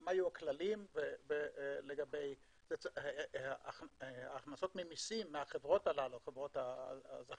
מה היו הכללים לגבי ההכנסות ממיסים מהחברות הזכייניות.